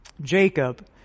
Jacob